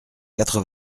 quatre